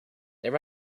there